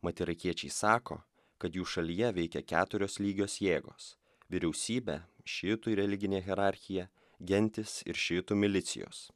mat irakiečiai sako kad jų šalyje veikia keturios lygios jėgos vyriausybė šiitų religinė hierarchija gentys ir šiitų milicijos